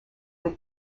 were